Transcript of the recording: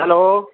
hello